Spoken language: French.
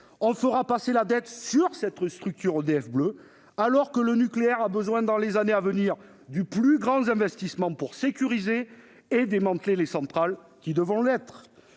On fera peser la dette sur cette structure EDF Bleu, alors que le nucléaire a besoin dans les années à venir des plus grands investissements pour sécuriser et démanteler les centrales qui devront l'être,